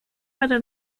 para